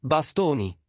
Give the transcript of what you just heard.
Bastoni